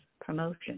promotion